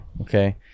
okay